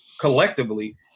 collectively